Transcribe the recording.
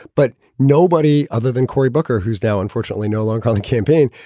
but nobody other than cory booker, who's now unfortunately no longer on the campaign,